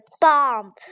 bomb